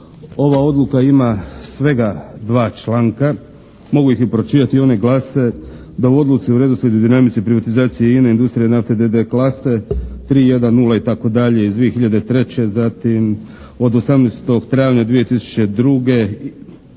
Ova odluka ima svega 2 članka, mogu ih i pročitati. Oni glase da u odluci o redoslijedu i dinamici privatizacije INA-e industrija nafte, d.d., klase 310, itd., iz 2003., zatim od 18. travnja 2002.,